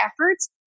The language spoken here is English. efforts